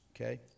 Okay